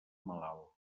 malalt